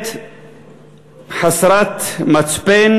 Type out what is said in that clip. קלוקלת חסרת מצפן,